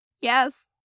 Yes